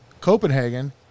Copenhagen